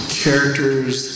characters